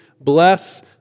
Bless